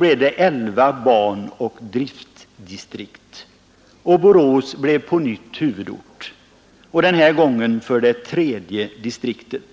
blev elva banoch driftdistrikt. Borås blev på nytt huvudort, denna gång för tredje distriktet.